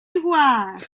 aigua